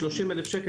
שלושים אלף שקל,